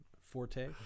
forte